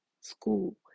school